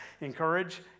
encourage